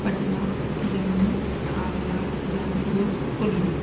Patna Jammu Agra Bilaspur کلو